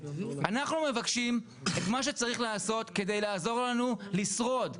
אנחנו מבקשים את מה שצריך לעשות כדי לעזור לנו לשרוד.